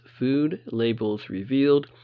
foodlabelsrevealed